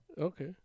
Okay